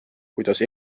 kuidas